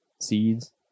seeds